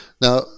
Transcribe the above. Now